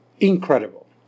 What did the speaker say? Incredible